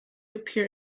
appear